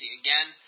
again